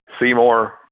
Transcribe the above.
Seymour